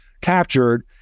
captured